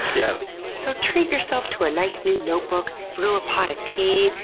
yeah so treat yourself to a nice new notebook, brew a pot of tea,